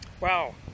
Wow